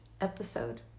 episode